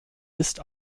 ist